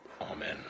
Amen